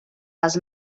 les